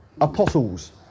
apostles